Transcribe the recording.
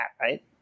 right